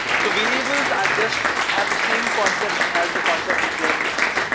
so variables are just have the same concept as the concept is there in maths,